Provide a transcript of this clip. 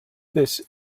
this